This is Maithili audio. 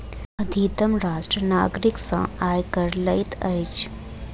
अधितम राष्ट्र नागरिक सॅ आय कर लैत अछि